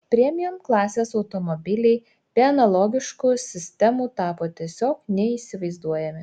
premium klasės automobiliai be analogiškų sistemų tapo tiesiog neįsivaizduojami